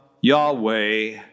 Yahweh